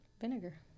Vinegar